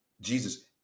Jesus